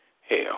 hell